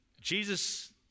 Jesus